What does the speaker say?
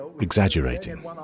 exaggerating